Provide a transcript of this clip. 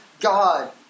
God